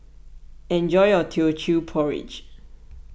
enjoy your Teochew Porridge